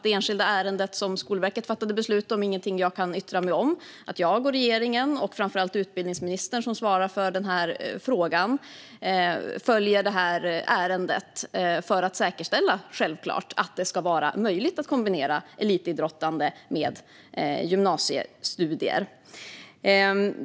Det enskilda ärendet som Skolverket fattade beslut om är inte något som jag kan yttra mig om. Jag och regeringen, framför allt utbildningsministern som ansvarar för den här frågan, följer det här ärendet för att säkerställa att det ska vara möjligt att kombinera elitidrottande med gymnasiestudier.